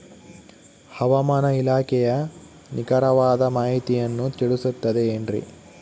ಹವಮಾನ ಇಲಾಖೆಯ ನಿಖರವಾದ ಮಾಹಿತಿಯನ್ನ ತಿಳಿಸುತ್ತದೆ ಎನ್ರಿ?